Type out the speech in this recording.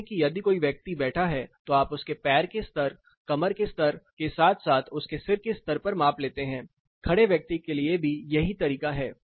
कहते हैं कि यदि कोई व्यक्ति बैठा है तो आप उसके पैर के स्तर कमर के स्तर के साथ साथ उसके सिर के स्तर पर माप लेते हैं खड़े व्यक्ति के लिए भी यही तरीका है